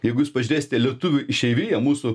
jeigu jūs pažiūrėsite lietuvių išeiviją mūsų